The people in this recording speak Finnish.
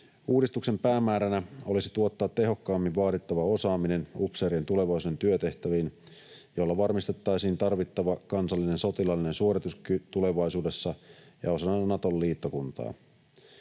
Uudistuksen päämääränä olisi tuottaa tehokkaammin vaadittava osaaminen upseerien tulevaisuuden työtehtäviin, joilla varmistettaisiin tarvittava kansallinen sotilaallinen suorituskyky tulevaisuudessa ja osana Naton liittokuntaa.